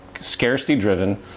scarcity-driven